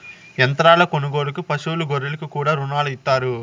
యంత్రాల కొనుగోలుకు పశువులు గొర్రెలకు కూడా రుణాలు ఇత్తారు